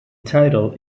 title